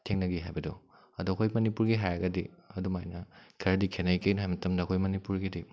ꯊꯦꯡꯅꯈꯤ ꯍꯥꯏꯕꯗꯣ ꯑꯗꯣ ꯑꯩꯈꯣꯏ ꯃꯅꯤꯄꯨꯔꯒꯤ ꯍꯥꯏꯔꯒꯗꯤ ꯑꯗꯨꯝ ꯍꯥꯏꯅ ꯈꯔꯗꯤ ꯈꯦꯠꯅꯩ ꯀꯔꯤꯒꯤꯅꯣ ꯍꯥꯏꯕ ꯃꯇꯝꯗ ꯑꯩꯈꯣꯏ ꯃꯅꯤꯄꯨꯔꯒꯤꯗꯤ